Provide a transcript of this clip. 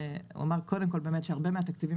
הוא אמר קודם כל באמת שהרבה מהתקציבים